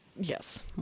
Yes